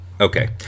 Okay